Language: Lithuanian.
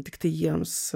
tiktai jiems